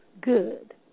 good